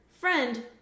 friend